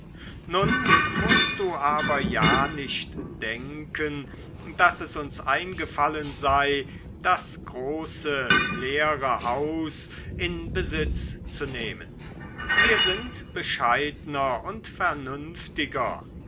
nun mußt du aber ja nicht denken daß es uns eingefallen sei das große leere haus in besitz zu nehmen wir sind bescheidner und